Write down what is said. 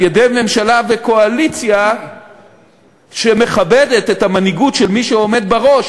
על-ידי ממשלה וקואליציה שמכבדת את המנהיגות של מי שעומד בראש,